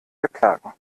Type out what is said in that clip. verklagen